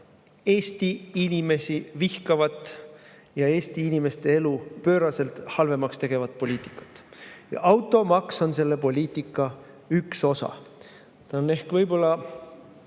Eesti inimesi vihkavat ja Eesti inimeste elu pööraselt halvemaks tegevat poliitikat. Automaks on selle poliitika üks osa. See on ehk üks